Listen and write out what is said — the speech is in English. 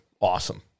Awesome